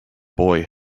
boy